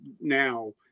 now